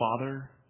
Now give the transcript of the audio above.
father